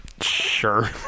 Sure